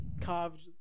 Carved